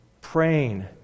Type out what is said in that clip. praying